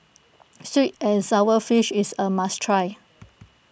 Sweet and Sour Fish is a must try